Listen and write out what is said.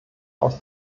aus